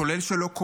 כולל שלו,